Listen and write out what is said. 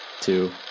two